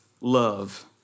love